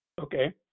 Okay